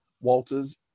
Walters